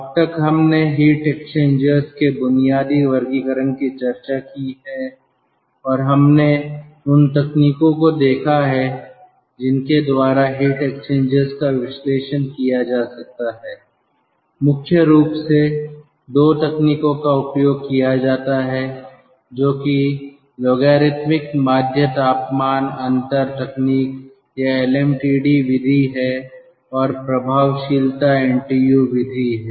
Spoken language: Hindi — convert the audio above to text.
अब तक हमने हीट एक्सचेंजर्स के बुनियादी वर्गीकरण की चर्चा की है और हमने उन तकनीकों को देखा है जिनके द्वारा हीट एक्सचेंजर्स का विश्लेषण किया जा सकता है मुख्य रूप से 2 तकनीकों का उपयोग किया जाता है जो कि लॉगरिदमिक माध्य तापमान अंतर तकनीक या एलएमटीडी विधि है और प्रभावशीलता एनटीयु विधि है